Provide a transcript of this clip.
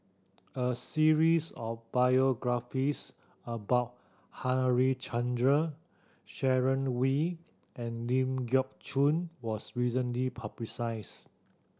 a series of biographies about Harichandra Sharon Wee and Ling Geok Choon was recently